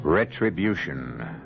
Retribution